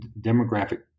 demographic